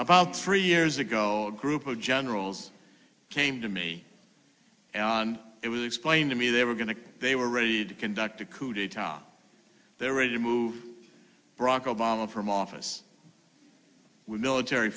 about three years ago group of generals came to me and it was explained to me they were going to they were ready to conduct a coup d'etat they're ready to move barack obama from office with military